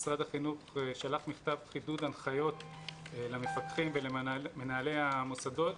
משרד החינוך שלח מכתב חידוד הנחיות למפקחים ולמנהלי המוסדות